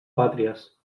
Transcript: pàtries